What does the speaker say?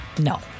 No